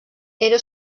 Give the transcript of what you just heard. era